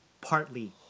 partly